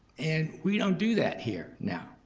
and we don't do that here now.